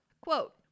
Quote